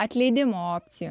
atleidimo opcijų